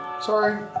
Sorry